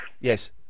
Yes